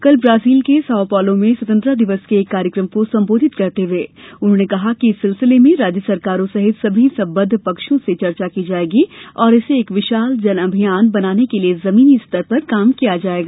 कल ब्राजील के Sao Paulo में स्वतंत्रता दिवस के एक कार्यक्रम को संबोधित करते हुए उन्होंने कहा कि इस सिलसिले में राज्य सरकारों सहित सभी संबद्ध पक्षों से चर्चा की जायेगी और इसे एक विशाल जन अभियान बनाने के लिए जमीनी स्तर पर काम किया जायेगा